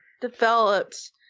developed